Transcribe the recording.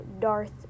Darth